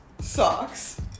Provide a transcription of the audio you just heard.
socks